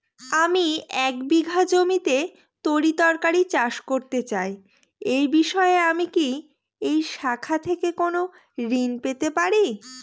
আমি এক বিঘা জমিতে তরিতরকারি চাষ করতে চাই এই বিষয়ে আমি কি এই শাখা থেকে কোন ঋণ পেতে পারি?